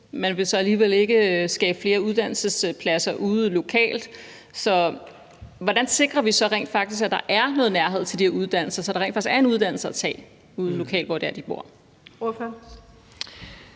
man ville så alligevel ikke skabe flere uddannelsespladser ude lokalt. Så hvordan sikrer vi rent faktisk, at der er noget nærhed til de her uddannelser, altså så der rent faktisk er en uddannelse at tage ude lokalt, hvor de bor?